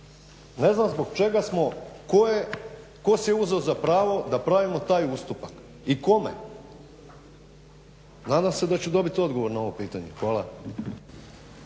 Ne znam zbog čega smo, tko si je uzeo za pravo da pravimo taj ustupak i kome? Nadam se da ću dobiti odgovor na ovo pitanje. Hvala.